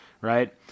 right